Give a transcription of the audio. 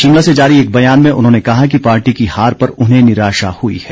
शिमला से जारी एक बयान में उन्होंने कहा कि पार्टी की हार पर उन्हें निराशा हुई है